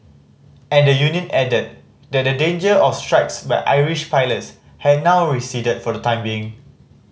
and the union added that the danger of strikes by Irish pilots had now receded for the time being